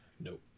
Nope